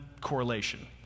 correlation